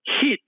hit